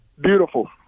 Beautiful